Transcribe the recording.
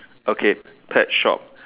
okay pet shop